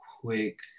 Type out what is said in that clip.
quick